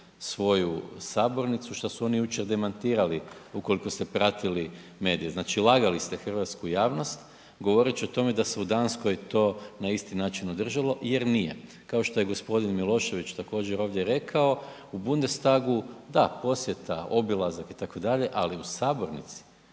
svoju sabornicu šta su oni jučer demantirali ukoliko ste pratili medije, znači lagali ste hrvatsku javnost govoreći da se u Danskoj to na isti način održalo jer nije, kao što je g. Milošević također ovdje rekao u Bundestagu da, posjeta, obilazak itd., ali u sabornici,